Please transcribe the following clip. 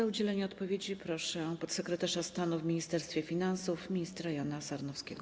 O udzielenie odpowiedzi proszę podsekretarza stanu w Ministerstwie Finansów ministra Jana Sarnowskiego.